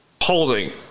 Holding